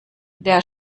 der